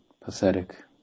Pathetic